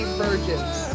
virgins